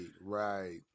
right